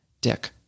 dick